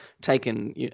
taken